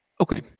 Okay